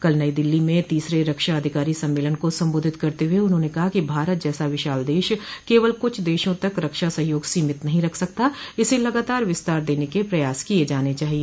कल नई दिल्ली में तीसरे रक्षा अधिकारी सम्मेलन को संबोधित करते हुए उन्होंने कहा कि भारत जैसा विशाल देश केवल कुछ देशों तक रक्षा सहयोग सीमित नहीं रख सकता इसे लगातार विस्तार देने के प्रयास किए जाने चाहिए